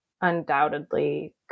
undoubtedly